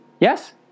yes